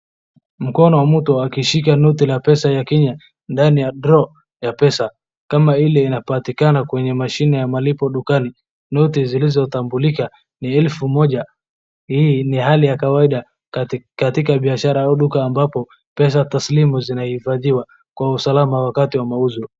Mkono wa mtu akishika noti ya pesa ya kenya ndani ya draw ya pesa kama ile inapatikana kwenye mashine ya malipo dukani. Noti iliyotambulika ni noti ya elfu moja. Hii ni hali ya kawaida katika biashara au duka ambapo pesa taslim zinahifathiwa kwa usalama wakati wa mauzo.